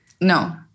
No